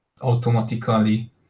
automatically